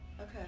Okay